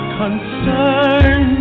concern